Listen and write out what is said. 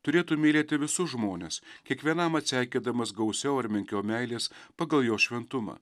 turėtų mylėti visus žmones kiekvienam atseikėdamas gausiau ar menkiau meilės pagal jo šventumą